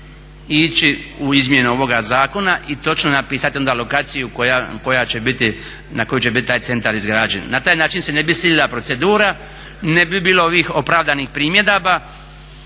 ići u izmjene ovoga zakona i točno napisati onda lokaciju na kojoj će biti taj centar izgrađen. Na taj način se ne bi silila procedura, ne bi bilo ovih opravdanih primjedaba